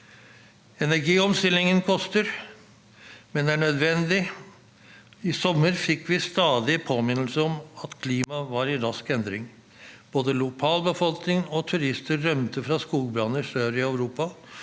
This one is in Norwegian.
Energiomstillingen koster, men er nødvendig: I sommer fikk vi stadig påminnelser om at klimaet er i rask endring. Både lokalbefolkning og turister rømte fra skogbranner sør i Europa,